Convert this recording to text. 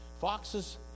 Foxes